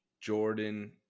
Jordan